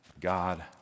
God